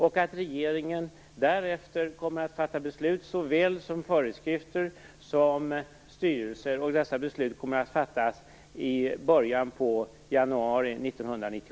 Därefter kommer regeringen att fatta beslut om såväl föreskrifter som styrelser. Dessa beslut kommer att fattas i början av januari